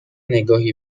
نگاهی